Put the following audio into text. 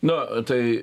na tai